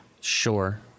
sure